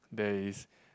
there is